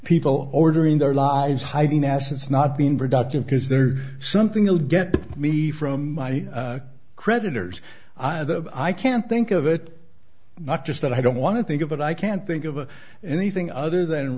people ordering their lives hiding assets not being productive because there's something they'll get me from my creditors either i can't think of it not just that i don't want to think of it i can't think of anything other than